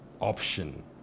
option